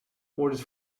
orders